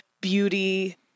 Beauty